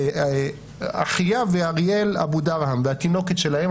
אחיה ואריאל אבודרהם והתינוקת שלהם,